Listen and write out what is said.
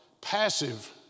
passive